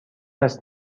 است